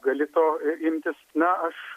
gali to imtis na aš